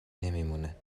نمیمونه